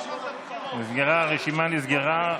הרשימה נסגרה.